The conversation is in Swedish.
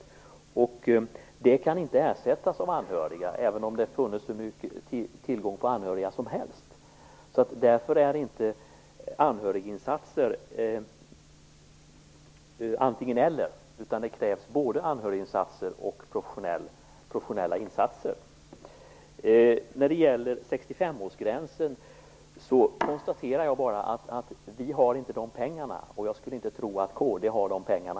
Den personalen kan inte ersättas av anhöriga, även om det hade funnits hur stor tillgång på anhöriga som helst. Det är inte fråga om att det skall vara antingen-eller; det krävs både anhöriginsater och professionella insatser. När det gäller 65-årsgränsen konstaterar jag bara att vi inte har de pengarna. Jag skulle heller inte tro att kd har de pengarna.